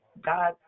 God